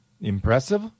Impressive